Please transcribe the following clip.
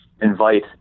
invite